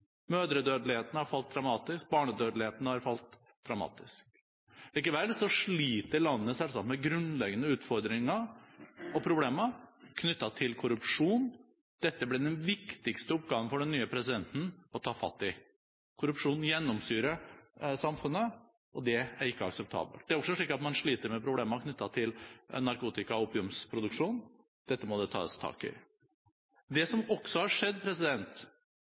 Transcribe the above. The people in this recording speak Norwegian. Mødredødeligheten har falt dramatisk, barnedødeligheten har falt dramatisk. Likevel sliter landet selvsagt med grunnleggende utfordringer og problemer knyttet til korrupsjon. Dette blir den viktigste oppgaven for den nye presidenten å ta fatt i. Korrupsjon gjennomsyrer samfunnet, og det er ikke akseptabelt. Det er også slik at man sliter med problemer knyttet til narkotika- og opiumsproduksjon. Dette må det tas tak i. Det som også har skjedd